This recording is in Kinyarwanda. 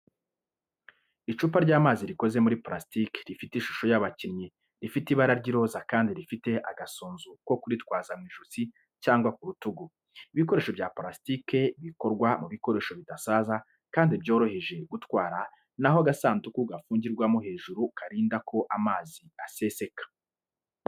Icupa ry’amazi rikoze muri purasitiki rifite ishusho y’abakinnyi ba rifite ibara ry'iroza kandi rifite agasunzu ko kuritwaza mu ijosi cyangwa ku rutugu. Ibikoresho bya purasitiki bikorwa mu bikoresho bidasaza kandi byoroheje gutwara na ho agasanduku gafungirwamo hejuru karinda ko amazi aseseka.